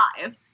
five